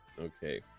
Okay